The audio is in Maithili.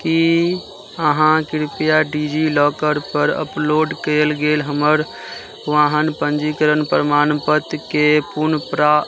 कि अहाँ कृपया डिजिलॉकरपर अपलोड कएल गेल हमर वाहन पञ्जीकरण प्रमाणपत्रकेँ पुनप्रा